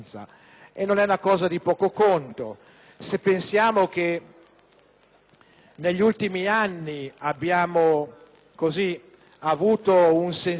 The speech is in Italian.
negli ultimi anni abbiamo avuto un sensibile calo della percentuale della gente che si reca al seggio